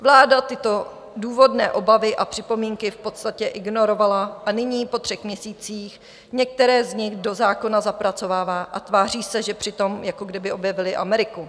Vláda tyto důvodné obavy a připomínky v podstatě ignorovala a nyní po třech měsících některé z nich do zákona zapracovává a tváří se přitom, jako kdyby objevili Ameriku.